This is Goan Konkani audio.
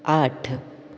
आठ